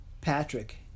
Patrick